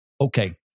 Okay